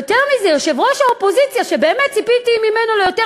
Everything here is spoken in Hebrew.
באמת ציפיתי ליותר,